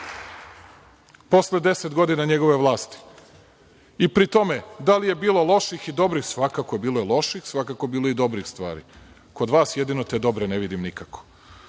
posle 10 godina njegove vlasti. I pri tome, da li je bilo loših i dobrih, svakako bilo je loših, svakako bilo je i dobrih stvari. Kod vas jedino te dobre ne vidim